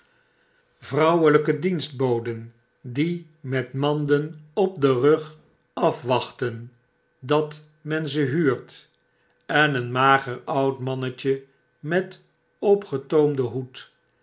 vrouwelijke dienstboden die met manden op den rug afwachten dat men ze huurt en een mager oud mannetje met opgetoomden hoed